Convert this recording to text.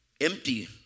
Empty